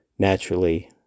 naturally